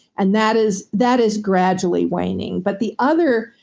and that is that is gradually waning. but the other,